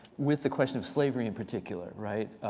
with the question of slavery in particular. right?